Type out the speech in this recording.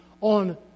on